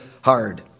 hard